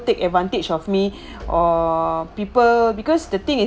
take advantage of me or people because the thing is